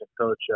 Coach